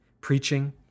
preaching